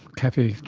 kathy,